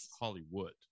Hollywood